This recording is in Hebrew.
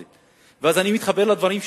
ואז אני מתחבר לדברים שלך,